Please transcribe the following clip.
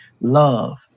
love